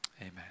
Amen